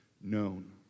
known